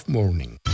Morning